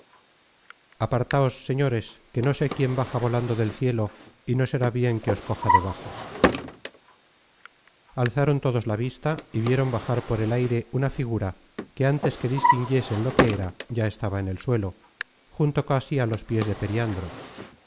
apartáos señores que no sé quién baja volando del cielo y no será bien que os coja debajo alzaron todos la vista y vieron bajar por el aire una figura que antes que distinguiesen lo que era ya estaba en el suelo junto casi á los pies de periandro